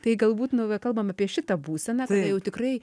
tai galbūt nu va kalbam apie šitą būseną tai jau tikrai